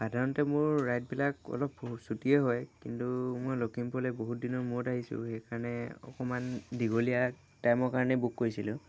সাধাৰণতে মোৰ ৰাইডবিলাক অলপ চুটিয়েই হয় কিন্তু মই লখিমপুৰলৈ বহুদিনৰ মূৰত আহিছোঁ সেইকাৰণে অকণমান দীঘলীয়া টাইমৰ কাৰণে বুক কৰিছিলোঁ